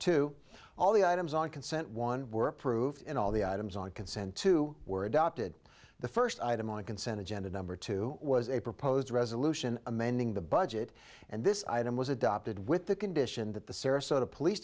two all the items on consent one were proved and all the items on consent two were adopted the first item on consent agenda number two was a proposed resolution amending the budget and this item was adopted with the condition that the sarasota police